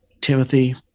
Timothy